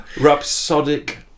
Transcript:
Rhapsodic